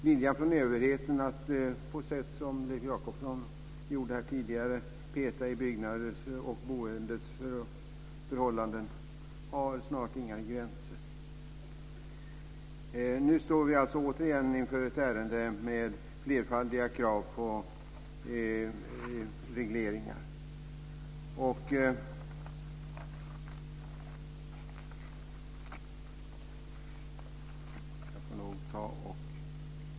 Viljan från överheten, som Leif Jakobsson gav uttryck för här tidigare, att peta i byggnads och boendeförhållanden vet snart inga gränser. Nu står vi återigen inför ett ärende med flerfaldiga krav på regleringar.